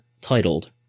titled